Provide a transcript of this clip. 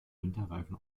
winterreifen